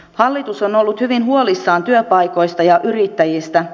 hallitus on ollut hyvin huolissaan työpaikoista ja yrittäjistä